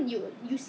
so that means 他